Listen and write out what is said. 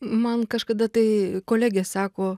man kažkada tai kolegė sako